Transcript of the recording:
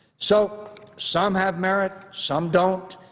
so some have merit, some don't.